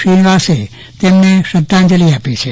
શ્રીનિવાસે તેમને શ્રદ્ધાંજલિ આપી છે